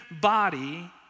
body